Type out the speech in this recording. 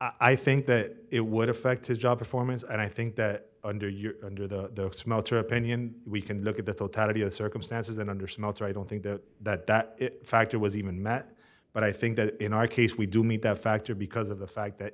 i think that it would affect his job performance and i think that under your under the smelter opinion we can look at the totality of circumstances and under smeltzer i don't think that that that factor was even met but i think that in our case we do meet that factor because of the fact that